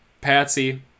Patsy